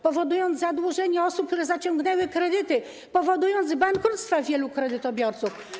powodując zadłużenie osób, które zaciągnęły kredyty, i bankructwa wielu kredytobiorców.